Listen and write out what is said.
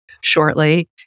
shortly